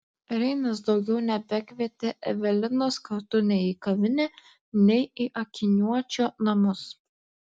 reinas daugiau nebekvietė evelinos kartu nei į kavinę nei į akiniuočio namus